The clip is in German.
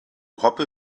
hoppe